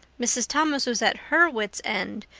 mrs. thomas was at her wits' end,